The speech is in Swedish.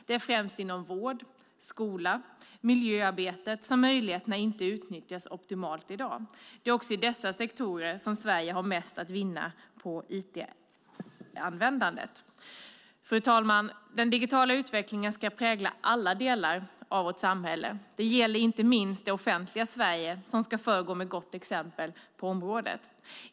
Det är främst inom vård, skola och miljöarbetet som möjligheterna inte utnyttjas optimalt i dag. Det är också i dessa sektorer som Sverige har mest att vinna på IT-användandet. Fru talman! Den digitala utvecklingen ska prägla alla delar av vårt samhälle. Det gäller inte minst det offentliga Sverige, som ska föregå med gott exempel på området.